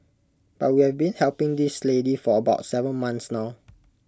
but we've been helping this lady for about Seven months now